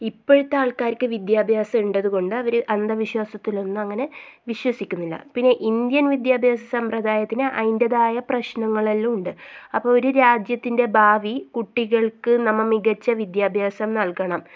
ഇപ്പോഴത്തെ ആൾക്കാർക്ക് വിദ്യാഭ്യാസം ഉള്ളത് കൊണ്ട് അവർ അന്ധവിശ്വാസത്തിലൊന്നും അങ്ങനെ വിശ്വസിക്കുന്നില്ല പിന്നെ ഇന്ത്യൻ വിദ്യാഭ്യാസ സമ്പ്രദായത്തിന് അതിൻ്റേതായ പ്രശ്നങ്ങളെല്ലാം ഉണ്ട് അപ്പോൾ ഒരു രാജ്യത്തിൻ്റെ ഭാവി കുട്ടികൾക്ക് നമ്മൾ മികച്ച വിദ്യാഭ്യാസം നൽകണം